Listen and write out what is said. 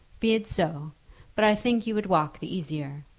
be it so but i think you would walk the easier.